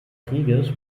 krieges